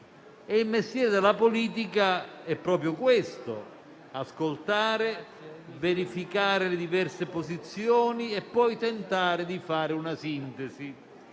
Il mestiere della politica è proprio questo: ascoltare, verificare le diverse posizioni e poi tentare di fare una sintesi.